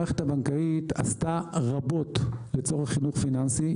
המערכת הבנקאית עשתה רבות לצורך חינוך פיננסי.